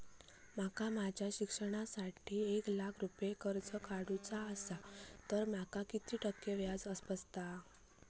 माका माझ्या शिक्षणासाठी एक लाख रुपये कर्ज काढू चा असा तर माका किती टक्के व्याज बसात?